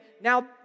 now